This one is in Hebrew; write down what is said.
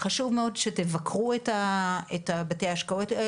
חשוב מאוד שתבקרו את בתי ההשקעות,